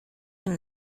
him